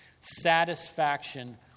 satisfaction